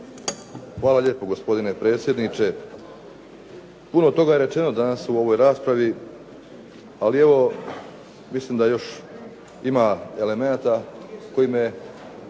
Hvala lijepo gospodine predsjedniče. Puno toga je rečeno danas u ovoj raspravi, ali evo mislim da još ima elemenata koji me